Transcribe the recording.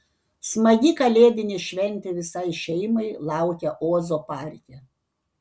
smagi kalėdinė šventė visai šeimai laukia ozo parke